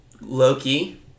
Loki